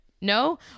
No